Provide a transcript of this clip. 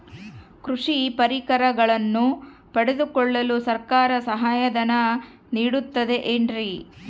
ಕೃಷಿ ಪರಿಕರಗಳನ್ನು ಪಡೆದುಕೊಳ್ಳಲು ಸರ್ಕಾರ ಸಹಾಯಧನ ನೇಡುತ್ತದೆ ಏನ್ರಿ?